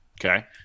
Okay